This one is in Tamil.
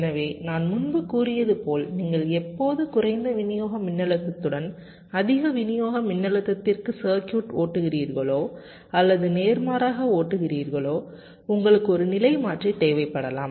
எனவே நான் முன்பு கூறியது போல் நீங்கள் எப்போது குறைந்த விநியோக மின்னழுத்தத்துடன் அதிக விநியோக மின்னழுத்தத்திற்கு சர்க்யூட் ஓட்டுகிறீர்களோ அல்லது நேர்மாறாக ஓட்டுகிறீர்களோ உங்களுக்கு ஒரு நிலை மாற்றி தேவைப்படலாம்